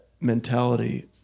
mentality